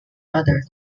other